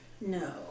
No